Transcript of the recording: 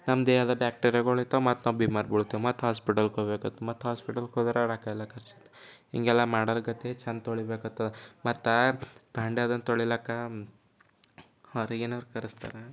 ನಮ್ಮ ದೇಹದ ಬ್ಯಾಕ್ಟೀರಿಯಾಗಳು ಇರ್ತವೆ ಮತ್ತು ನಾವು ಬಿಮಾರ್ ಬೀಳ್ತೇವು ಮತ್ತು ಹಾಸ್ಪಿಟಲ್ಗೆ ಹೋಗ್ಬೇಕಾಗತ್ತೆ ಮತ್ತು ಹಾಸ್ಪಿಟಲ್ಗೆ ಹೋದರೆ ರೊಕ್ಕ ಎಲ್ಲ ಖರ್ಚು ಆಗತ್ತೆ ಹೀಗೆಲ್ಲ ಮಾಡಲಕತ್ತಿ ಚೆಂದ ತೊಳೀಬೇಕಾಗ್ತದೆ ಮತ್ತೆ ಭಾಂಡೆದನ್ನು ತೊಳಿಲಕ್ಕ ಅವ್ರಿಗೇನೂ ತರಿಸ್ತಾರೆ